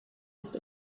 ist